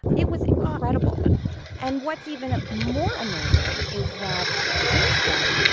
it was incredible and what's even ah more amazing is that since then,